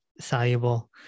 soluble